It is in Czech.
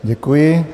Děkuji.